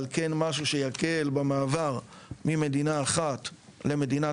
אבל כן משהו שיקל במעבר ממדינה אחת למדינת